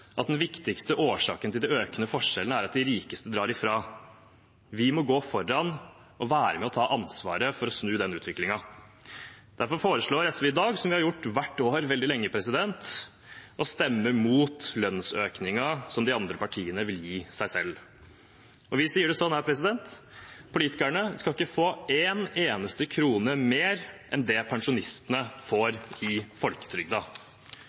at den viktigste årsaken til de økende forskjellene er at de rikeste drar ifra. Vi må gå foran og være med på å ta ansvaret for å snu den utviklingen. Derfor foreslår SV i dag, som vi har gjort hvert år veldig lenge, å stemme imot lønnsøkningen som de andre partiene vil gi seg selv. Vi sier det sånn: Politikerne skal ikke få en eneste krone mer enn det pensjonistene